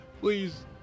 Please